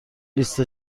لیست